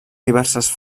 diverses